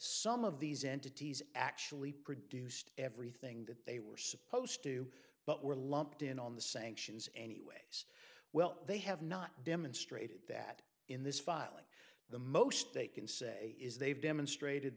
some of these entities actually produced everything that they were supposed to but were lumped in on the sanctions anyway well they have not demonstrated that in this filing the most they can say is they've demonstrated